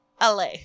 la